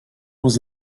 was